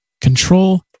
Control